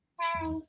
Hi